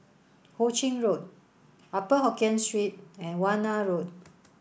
Ho Ching Road Upper Hokkien Street and Warna Road